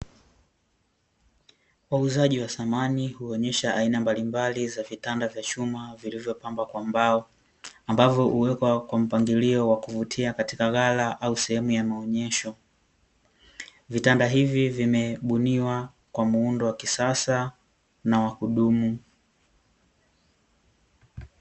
Wauzaji wa samani huonyesha aina mbalimbali za vitanda vya chuma vilivyopambwa kwa mbao ambavyo huwekwa kwa mpangilio wa kuvutia katika ghala au sehemu ya maonyesho, vitanda hivi vimebuniwa kwa muundo wa kisasa na wa kudumu.